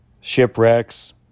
Shipwrecks